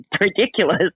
ridiculous